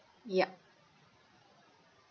yup